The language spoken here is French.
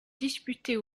disputer